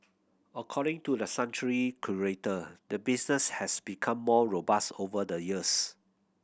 according to the sanctuary's curator the business has become more robust over the years